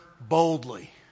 boldly